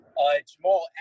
Jamal